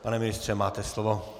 Pane ministře, máte slovo.